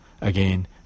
Again